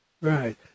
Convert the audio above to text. Right